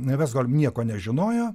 vestholm nieko nežinojo